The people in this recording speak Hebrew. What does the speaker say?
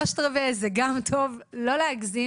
שלושת-רבעי הדרך זה גם טוב, לא להגזים,